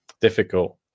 difficult